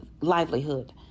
livelihood